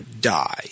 die